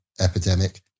epidemic